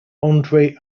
andres